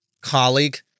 Colleague